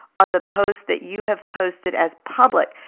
are the post that you have posted as public.